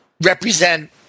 represent